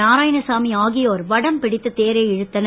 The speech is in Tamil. நாராயணசாமி ஆகியோர் வடம் பிடித்து தேரை இழுத்தனர்